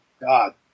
God